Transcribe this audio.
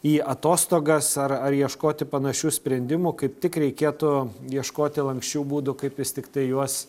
į atostogas ar ar ieškoti panašių sprendimų kaip tik reikėtų ieškoti lanksčių būdų kaip vis tiktai juos